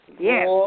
Yes